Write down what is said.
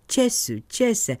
česių česę